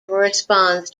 corresponds